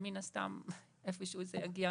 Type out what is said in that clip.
ומן הסתם איפשהו זה יגיע